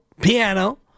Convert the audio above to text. piano